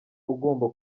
ugomba